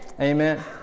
Amen